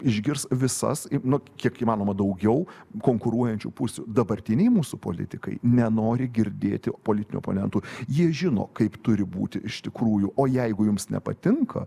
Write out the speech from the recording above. išgirs visas i nu kiek įmanoma daugiau konkuruojančių pusių dabartiniai mūsų politikai nenori girdėti politinių oponentų jie žino kaip turi būti iš tikrųjų o jeigu jums nepatinka